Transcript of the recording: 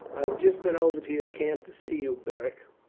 i have just been over to your camp to see you, beric.